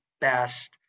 best